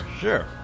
sure